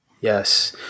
Yes